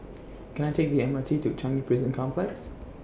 Can I Take The M R T to Changi Prison Complex